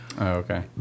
okay